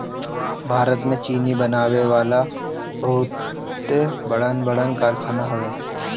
भारत में चीनी बनावे वाला बहुते बड़हन बड़हन कारखाना हवे